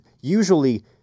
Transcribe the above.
usually